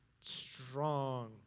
strong